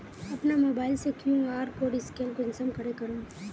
अपना मोबाईल से अपना कियु.आर कोड स्कैन कुंसम करे करूम?